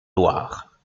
loire